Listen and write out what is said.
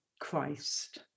Christ